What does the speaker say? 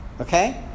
okay